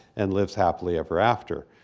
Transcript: and lives happily ever after,